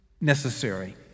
necessary